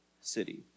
city